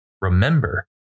remember